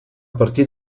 partir